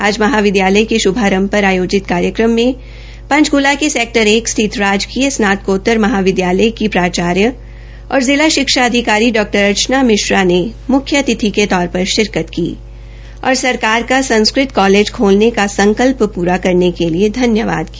आज महाविदयालय के शुभारंभ पर आयोजित कार्यक्रम में पंचकला के सेक्टर एक स्थित राजकीय स्नातकोतर महाविदयालय की प्राचार्य और जिला अधिकारी डॉ अर्चना मिश्रा ने मुख्य अतिथि के तौर पर शिरकत की और सरकार का संस्कृत कालेज खोलने का संकल्प पूरा करने के लिए धनयवाद किया